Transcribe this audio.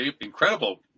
incredible